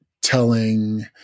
telling